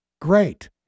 great